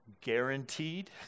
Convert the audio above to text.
guaranteed